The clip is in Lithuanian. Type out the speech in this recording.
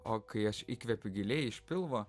o kai aš įkvepiu giliai iš pilvo